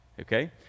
Okay